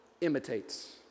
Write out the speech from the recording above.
imitates